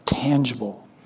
tangible